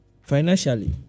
financially